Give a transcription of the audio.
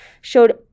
showed